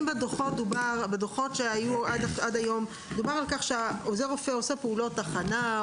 אם בדוחות שהיו עד היום דובר על כך שעוזר רופא עושה פעולות הכנה,